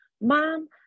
mom